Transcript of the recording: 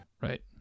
Right